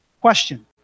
Question